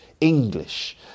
English